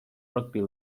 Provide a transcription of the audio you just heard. rugby